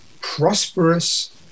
prosperous